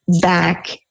back